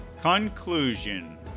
Conclusion